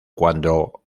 cuando